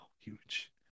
huge